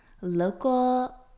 local